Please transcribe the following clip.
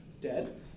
Dead